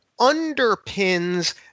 underpins